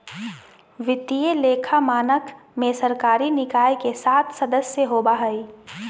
वित्तीय लेखा मानक में सरकारी निकाय के सात सदस्य होबा हइ